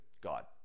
God